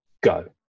Go